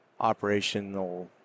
operational